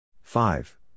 five